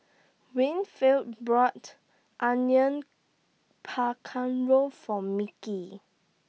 Winfield brought Onion For Mickie